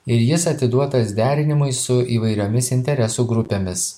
ir jis atiduotas derinimui su įvairiomis interesų grupėmis